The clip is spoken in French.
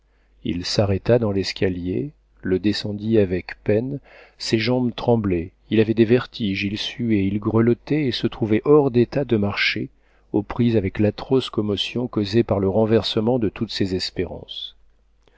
il s'arrêta dans l'escalier le descendit avec peine ses jambes tremblaient il avait des vertiges il suait il grelottait et se trouvait hors d'état de marcher aux prises avec l'atroce commotion causée par le renversement de toutes ses espérances